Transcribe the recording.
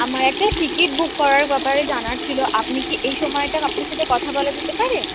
আমার একটা ticket book করার ব্যাপারে জানার ছিল আপনি কি এই সময়টা আপনার সাথে কথা বলা যেতে পারে